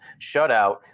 shutout